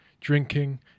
drinking